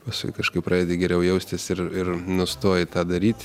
paskui kažkaip pradedi geriau jaustis ir ir nustoji tą daryt